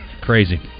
crazy